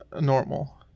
Normal